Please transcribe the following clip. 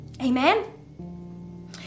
Amen